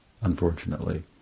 unfortunately